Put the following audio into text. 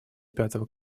пятого